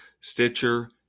Stitcher